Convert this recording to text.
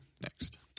next